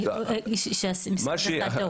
היה והמשרד עשה טעות.